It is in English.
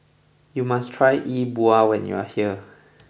you must try E Bua when you are here